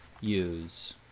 use